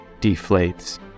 deflates